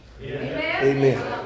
Amen